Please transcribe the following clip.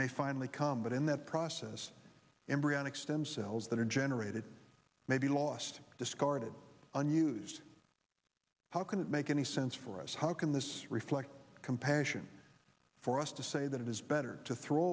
may finally come but in that process embryonic stem cells that are generated may be lost discarded unused how can it make any sense for us how can this reflect compassion for us to say that it is better to throw